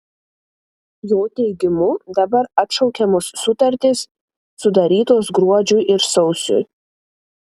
jo teigimu dabar atšaukiamos sutartys sudarytos gruodžiui ir sausiui